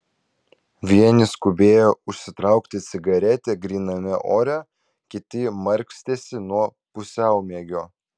vieni skubėjo užsitraukti cigaretę gryname ore kiti markstėsi nuo pusiaumiegio